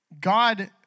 God